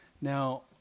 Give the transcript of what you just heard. Now